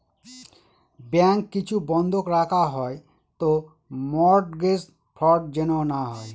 bank কিছু বন্ধক রাখা হয় তো মর্টগেজ ফ্রড যেন না হয়